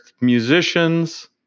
musicians